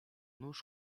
nóź